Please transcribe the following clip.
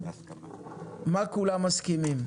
על מה כולם מסכימים?